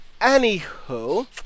Anywho